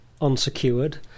unsecured